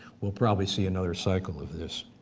we'll probably see another cycle of this.